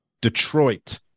Detroit